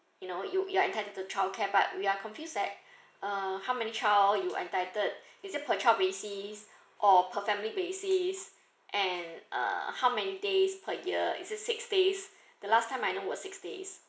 you know you like intend the childcare but we are confused that uh how many child you entitled is it per child basis or per family basis and uh how many days per year is it six days the last time I know was six days